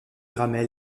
ramel